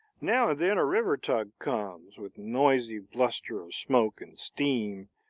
now and then a river tug comes, with noisy bluster of smoke and steam,